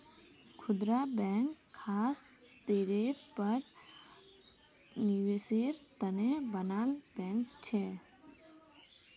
खुदरा बैंक ख़ास तौरेर पर निवेसेर तने बनाल बैंक छे